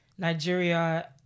Nigeria